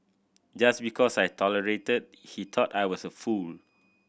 just because I tolerated he thought I was a fool